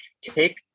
take